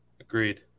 Agreed